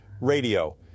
radio